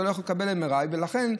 אתה לא יכול לקבל MRI. ולכן,